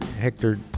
Hector